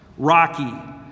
Rocky